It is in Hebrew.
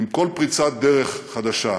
עם כל פריצת דרך חדשה,